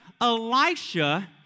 Elisha